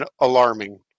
alarming